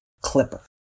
clipper